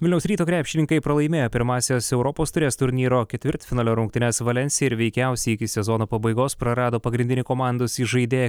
vilniaus ryto krepšininkai pralaimėjo pirmąsias europos taurės turnyro ketvirtfinalio rungtynes valensijai ir veikiausiai iki sezono pabaigos prarado pagrindinį komandos įžaidėją